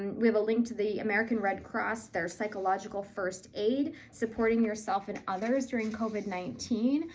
and we have a link to the american red cross, their psychological first aid supporting yourself and others during covid nineteen.